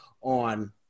on